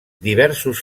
diversos